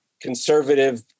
conservative